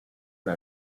una